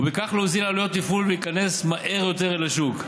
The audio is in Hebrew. ובכך להוזיל עלויות תפעול ולהיכנס מהר יותר לשוק.